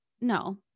No